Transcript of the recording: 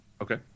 okay